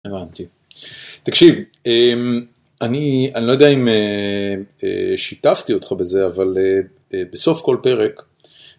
הבנתי, תקשיב אני אני לא יודע אם שיתפתי אותך בזה אבל בסוף כל פרק